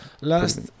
last